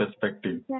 perspective